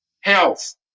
health